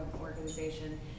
organization